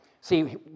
See